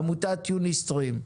עמותת "יוניסטרים".